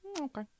Okay